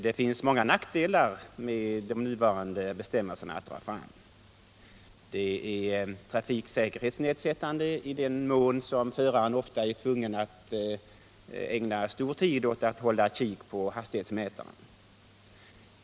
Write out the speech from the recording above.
De nuvarande bestämmelserna har många nackdelar som man kan dra fram. De är trafiksäkerhetsnedsättande i den mån som föraren ofta är tvungen att ägna mycken tid åt att hålla ett öga på hastighetsmätaren.